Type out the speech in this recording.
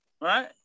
right